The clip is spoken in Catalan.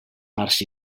parts